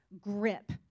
grip